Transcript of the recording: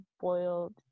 boiled